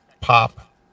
pop